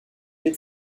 lait